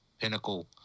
pinnacle